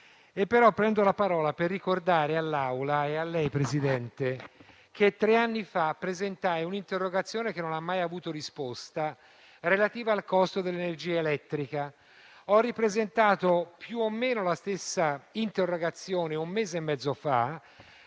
Prendo la parola, però, per ricordare all'Assemblea e a lei, Presidente, che tre anni fa presentai un'interrogazione che non ha mai avuto risposta, relativa al costo dell'energia elettrica. Ho ripresentato più o meno la stessa interrogazione un mese e mezzo fa